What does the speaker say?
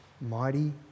mighty